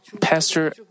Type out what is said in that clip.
pastor